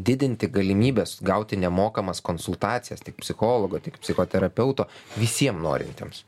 didinti galimybes gauti nemokamas konsultacijas tiek psichologo tiek psichoterapeuto visiem norintiems